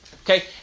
okay